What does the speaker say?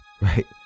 Right